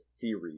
theory